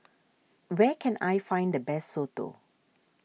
where can I find the best Soto